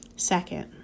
Second